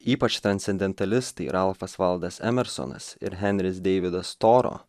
ypač transcendentalistai ralfas valdas emersonas ir henris deividas toro